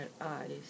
eyes